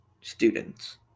students